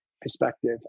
perspective